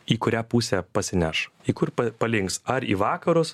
į kurią pusę pasineš į kur palinks ar į vakarus